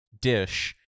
Dish